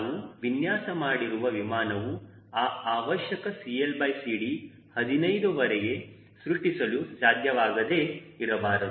ನಾವು ವಿನ್ಯಾಸ ಮಾಡಿರುವ ವಿಮಾನವು ಆ ಅವಶ್ಯಕ CLCD 15ವರಿಗೆ ಸೃಷ್ಟಿಸಲು ಸಾಧ್ಯವಾಗದೆ ಇರಬಾರದು